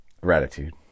Gratitude